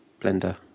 blender